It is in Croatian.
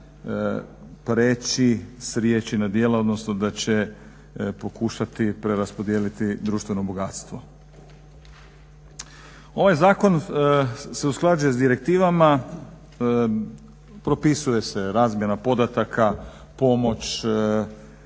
prijeći s riječi na djelo, odnosno da će pokušati preraspodijeliti društveno bogatstvo. Ovaj zakon se usklađuje s direktivama, propisuje se razmjena podataka, pomoć,